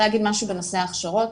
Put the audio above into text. אני רוצה להגיד משהו בנושא ההכשרות,